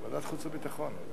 ועדת החוץ והביטחון.